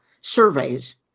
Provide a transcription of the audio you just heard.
surveys